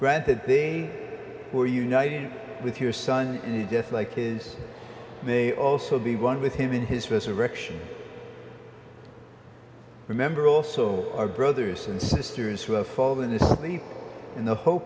granted they were united with your son in a death like his may also be one with him in his resurrection remember also our brothers and sisters who have fallen asleep in the hope